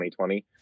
2020